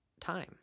time